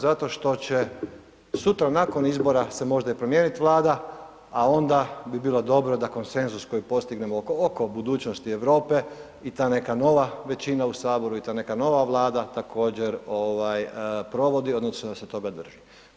Zato što će sutra nakon izbora se možda i promijeniti Vlada, a onda bi bilo dobro da konsenzus koji postignemo oko budućnosti Europe i ta neka nova većina u Saboru i ta neka nova Vlada također, provodi, odnosno da se toga drži.